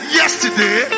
yesterday